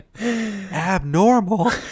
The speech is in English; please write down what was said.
Abnormal